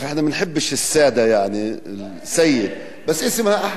במקרה הזה, זה כבר מוכן.